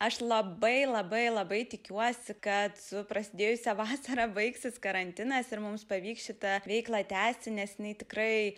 aš labai labai labai tikiuosi kad su prasidėjusia vasara baigsis karantinas ir mums pavyks šitą veiklą tęsti nes jinai tikrai